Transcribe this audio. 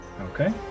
Okay